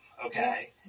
Okay